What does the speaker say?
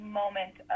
moment